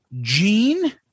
Gene